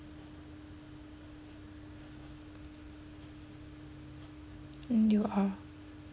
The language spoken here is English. N U R